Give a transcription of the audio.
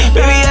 Baby